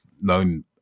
known